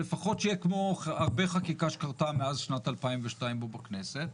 אז לפחות שיהיה כמו הרבה חקיקה שקרתה מאז שנת 2002 פה בכנסת,